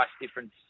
difference